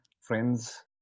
friends